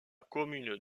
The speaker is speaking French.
commune